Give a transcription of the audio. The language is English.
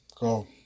go